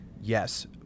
Yes